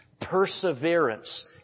perseverance